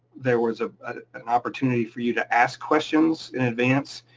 there was ah an opportunity for you to ask questions in advance,